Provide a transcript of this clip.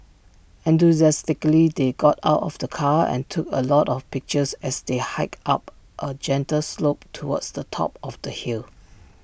enthusiastically they got out of the car and took A lot of pictures as they hiked up A gentle slope towards the top of the hill